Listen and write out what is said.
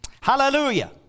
Hallelujah